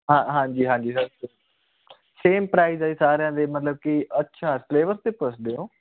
ਹਾਂ ਹਾਂਜੀ ਹਾਂਜੀ ਸਰ ਸੇਮ ਪ੍ਰਾਈਜ਼ ਹੈ ਜੀ ਸਾਰਿਆਂ ਦੇ ਮਤਲਬ ਕੀ ਅੱਛਾ ਫਲੇਵਰਸ ਦੇ ਪੁੱਛਦੇ ਹੋ